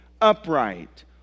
upright